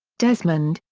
desmond,